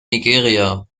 nigeria